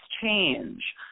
change